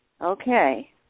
Okay